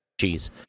cheese